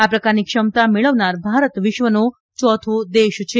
આ પ્રકારની ક્ષમતા મેળવનાર ભારત વિશ્વનો યોથો દેશ છે